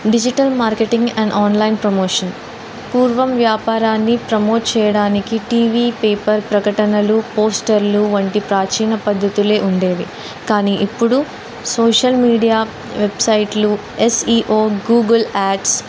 digital marketing and online promotion పూర్వం వ్యాపారాన్ని promote చెయ్యడానికి టీవీ పేపర్ ప్రకటనలు పోస్టర్లు వంటి ప్రాచీన పద్ధతులే ఉండేవి కానీ ఇప్పుడు సోషల్ మీడియా వెబ్సైట్లు ఎస్ఈఓ గూగుల్ యాప్స్